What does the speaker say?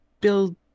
build